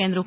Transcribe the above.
કેન્દ્રો